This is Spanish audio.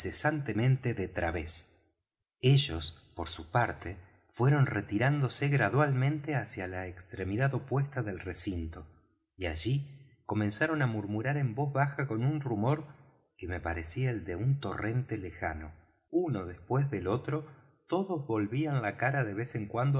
incesantemente de través ellos por su parte fueron retirándose gradualmente hacia la extremidad opuesta del recinto y allí comenzaron á murmurar en voz baja con un rumor que me parecía el de un torrente lejano uno después del otro todos volvían la cara de vez en